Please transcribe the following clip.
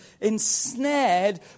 ensnared